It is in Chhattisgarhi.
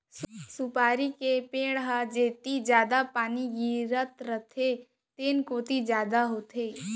सुपारी के पेड़ ह जेती जादा पानी गिरत रथे तेन कोती जादा होथे